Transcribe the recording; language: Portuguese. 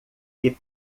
que